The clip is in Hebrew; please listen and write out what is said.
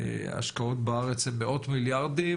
השקעות בארץ הן מאות מיליארדים